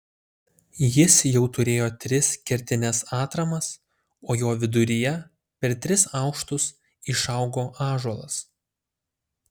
jis jau turėjo tris kertines atramas o jo viduryje per tris aukštus išaugo ąžuolas